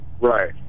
Right